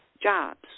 jobs